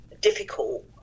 difficult